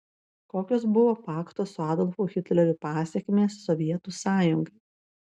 kokios buvo pakto su adolfu hitleriu pasekmės sovietų sąjungai